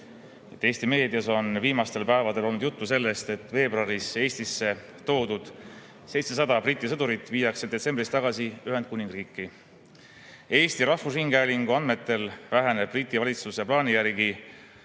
Eesti meedias on viimastel päevadel olnud juttu sellest, et veebruaris Eestisse toodud 700 Briti sõdurit viiakse detsembris tagasi Ühendkuningriiki. Eesti Rahvusringhäälingu andmetel väheneb Briti valitsuse plaani järgi